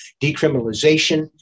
decriminalization